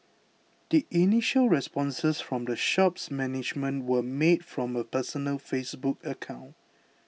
the initial responses from the shop's management were made from a personal Facebook account